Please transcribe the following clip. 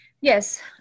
Yes